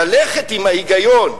ללכת עם ההיגיון,